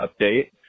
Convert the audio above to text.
update